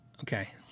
Okay